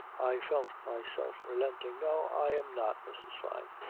i felt myself relenting. no. i am not, mrs. fyne,